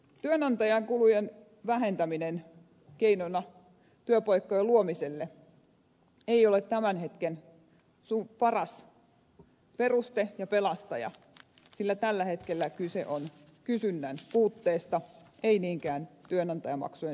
työnantajan kulujen vähentäminen keinona työpaikkojen luomiseksi ei ole tämän hetken paras peruste ja pelastaja sillä tällä hetkellä kyse on kysynnän puutteesta ei niinkään työnantajamaksujen suuruuksista